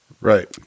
right